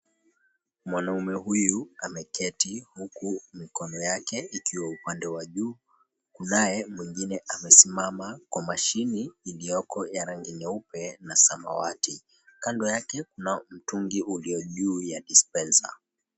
Mwanaume huyu ameketi huku mikono yake ikiwa upande wa juu, kunaye mwingine amesimama kwa mashini iliyoko ya rangi nyeupe na samawati, kando yake mna mtungi ulio juu ya dispenser .